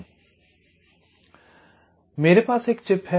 तो मेरे पास एक चिप है